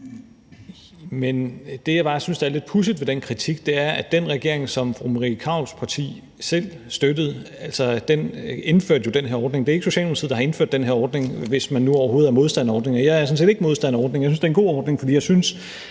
Men det, jeg bare synes er lidt pudsigt ved den kritik, er, at den regering, som fru Marie Krarups parti selv støttede, jo indførte den her ordning. Det er jo ikke Socialdemokratiet, der indførte den her ordning – hvis man nu overhovedet er modstander af ordningen. Og jeg er sådan set ikke modstander af ordningen; jeg synes, det er en god ordning. For jeg synes,